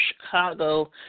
Chicago